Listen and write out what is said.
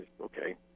okay